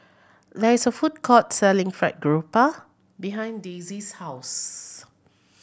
there is a food court selling Fried Garoupa behind Daisie's house